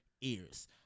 ears